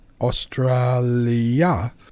Australia